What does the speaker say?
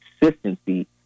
consistency